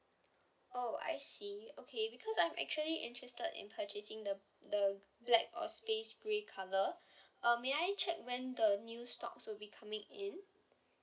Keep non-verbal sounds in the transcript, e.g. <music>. oh I see okay because I'm actually interested in purchasing the the black or space grey colour <breath> uh may I check when the new stocks will be coming in